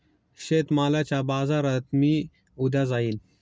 शेतमालाच्या बाजारात मी उद्या जाईन